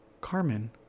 Carmen